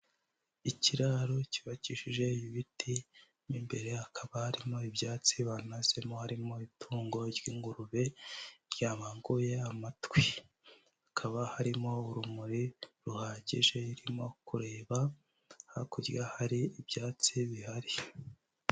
Ikiraro cyubakishije ibiti, mo imbere hakaba harimo ibyatsi banazemo harimo itungo ry'ingurube, ryabanguye amatwi. Hakaba harimo urumuri ruhagije irimo kureba, hakurya hari ibyatsi bihari.